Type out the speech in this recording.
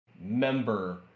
member